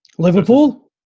Liverpool